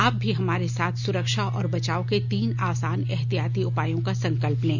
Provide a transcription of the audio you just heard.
आप भी हमारे साथ सुरक्षा और बचाव के तीन आसान एहतियाती उपायों का संकल्प लें